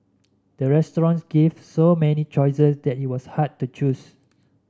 the restaurant gave so many choices that it was hard to choose